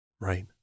Right